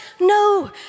No